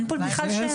אין פה בכלל שאלה.